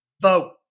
vote